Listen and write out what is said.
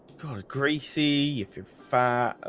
kind of gracie if your fire